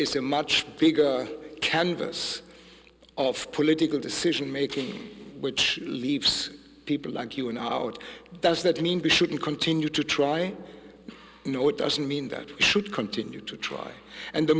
is a much bigger canvas of political decision making which leaves people like you and howard does that mean we shouldn't continue to try no it doesn't mean that should continue to try and the